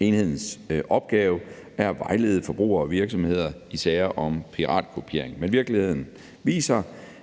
Enhedens opgave er at vejlede forbrugere og virksomheder i sager om piratkopiering. Men virkeligheden viser,